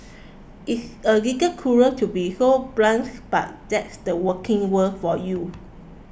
it's a little cruel to be so blunt but that's the working world for you